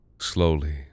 slowly